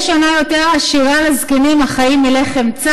שנה יותר עשירה לזקנים החיים מלחם צר